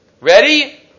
Ready